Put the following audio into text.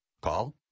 Call